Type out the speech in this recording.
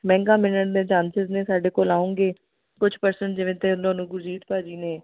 ਮਹਿੰਗਾ ਮਿਲਣ ਦੇ ਚਾਂਸਸ ਨੇ ਸਾਡੇ ਕੋਲ ਆਉਂਗੇ ਕੁਛ ਪਰਸਨ ਜਿਵੇਂ ਤੇ ਤੁਹਾਨੂੰ ਗੁਰਜੀਤ ਭਾਅ ਜੀ ਨੇ